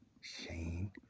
Shane